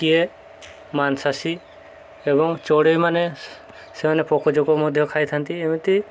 କିିଏ ମାଂସାଶୀ ଏବଂ ଚଢ଼େଇମାନେ ସେମାନେ ପୋକଜୋକ ମଧ୍ୟ ଖାଇଥାନ୍ତି ଏମିତି